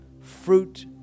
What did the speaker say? fruit